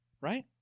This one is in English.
right